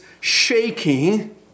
shaking